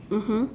mmhmm